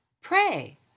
Pray